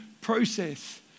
process